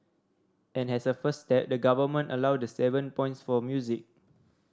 and as a first step the Government allowed the seven points for music